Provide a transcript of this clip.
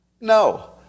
No